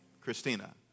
Christina